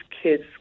kids